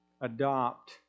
adopt